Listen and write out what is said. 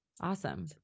Awesome